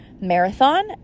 marathon